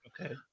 Okay